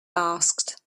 asked